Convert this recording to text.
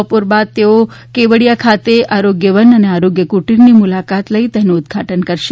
બપોર બાદ તેઓ કેવળીયા ખાતે આરોગ્ય વન અને આરોગ્ય કુટીરની મુલાકાત લઈ તેનું ઉદઘાટન કરશે